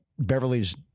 Beverly's